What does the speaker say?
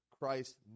Christ